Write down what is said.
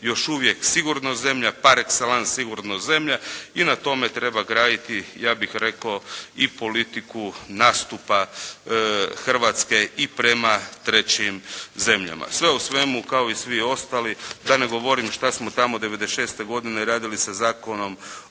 još uvijek sigurna zemlja, par exellance sigurna zemlja i na tome treba graditi, ja bih rekao i politiku nastupa Hrvatske u prema trećim zemljama. Sve o svemu kao i svi ostali, da ne govorimo šta smo tamo '96. godine radili sa Zakonom